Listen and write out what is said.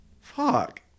fuck